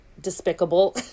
despicable